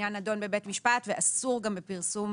העניין נדון בבית משפט ואסור גם בפרסום